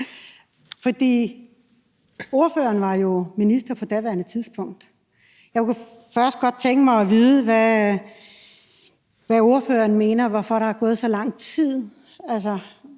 for ordføreren var jo minister på daværende tidspunkt. Og først kunne jeg godt tænke mig at vide, hvad ordføreren mener om, hvorfor der er gået så lang tid.